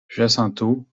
jacinto